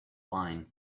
wine